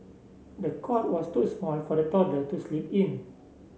the cot was too small for the toddler to sleep in